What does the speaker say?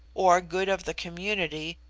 or good of the community,